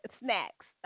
snacks